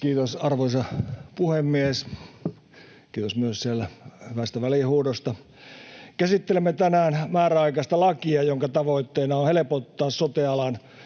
Kiitos, arvoisa puhemies! — Kiitos myös siellä hyvästä välihuudosta. — Käsittelemme tänään määräaikaista lakia, jonka tavoitteena on helpottaa sote-alan